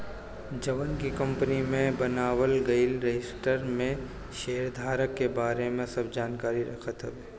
जवन की कंपनी में बनावल गईल रजिस्टर में शेयरधारक के बारे में सब जानकारी रखत हवे